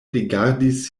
rigardis